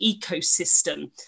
ecosystem